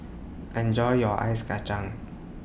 Enjoy your Ice Kachang